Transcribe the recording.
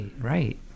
right